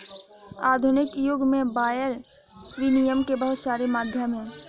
आधुनिक युग में वायर विनियम के बहुत सारे माध्यम हैं